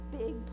big